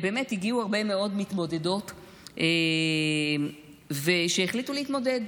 הגיעו הרבה מאוד מתמודדות שהחליטו להתמודד,